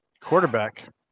Quarterback